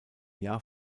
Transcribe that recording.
jahr